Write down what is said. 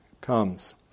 comes